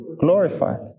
glorified